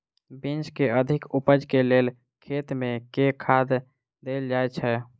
Beans केँ अधिक उपज केँ लेल खेत मे केँ खाद देल जाए छैय?